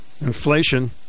inflation